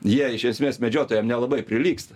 jie iš esmės medžiotojam nelabai prilygsta